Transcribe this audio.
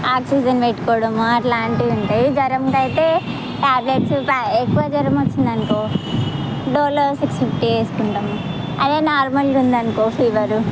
oxygen పెట్టుకోవడం అట్లాంటివి ఉంటాయి జ్వరంకైతే టాబ్లెట్స్ ఎక్కువ జ్వరం వచ్చిందనుకో డోలో సిక్స్ ఫిఫ్టీ వేసుకుంటము అదే నార్మల్గా ఉందనుకో ఫీవరు